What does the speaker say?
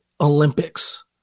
Olympics